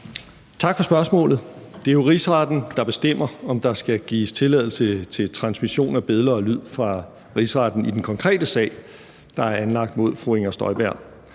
Tak for spørgsmålet. Det er Rigsretten, der bestemmer, om der skal gives tilladelse til transmission af billede og lyd fra Rigsretten i den konkrete sag, der er anlagt mod fru Inger Støjberg.